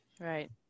Right